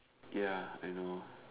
ya I know